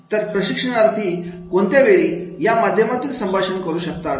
तर प्रशिक्षणार्थी कोणत्याही वेळी या माध्यमातून संभाषण करू शकता